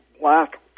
black